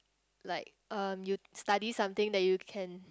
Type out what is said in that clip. like um you study something that you can